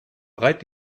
breit